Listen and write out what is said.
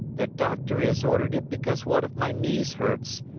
the doctor has ordered it because one of my knees hurts.